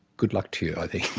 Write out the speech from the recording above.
good luck to you, i think.